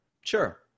Sure